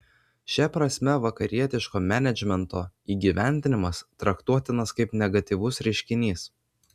šia prasme vakarietiško menedžmento įgyvendinimas traktuotinas kaip negatyvus reiškinys